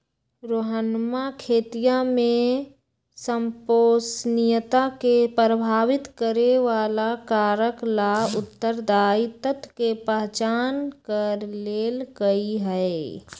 रोहनवा खेतीया में संपोषणीयता के प्रभावित करे वाला कारक ला उत्तरदायी तत्व के पहचान कर लेल कई है